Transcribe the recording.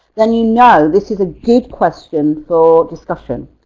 then you know this is a good question for discussion.